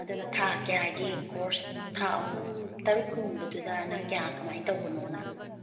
ꯑꯗꯨꯅ ꯊꯥ ꯀꯌꯥꯒꯤ ꯀꯣꯔꯁ ꯊꯥ ꯑꯍꯨꯝ ꯇꯔꯨꯛ ꯀꯨꯝꯕꯗꯨꯗꯅ ꯀꯌꯥ ꯀꯃꯥꯏꯅ ꯇꯧꯕꯅꯣꯅ